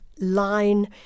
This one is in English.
line